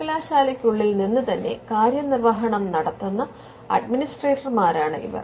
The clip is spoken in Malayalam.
സർവ്വകലാശാലയ്ക്കുള്ളിൽ നിന്ന് തന്നെ കാര്യനിർവ്വഹണം നടത്തുന്ന അഡ്മിനിസ്ട്രേറ്റർമാരാണ് ഇവർ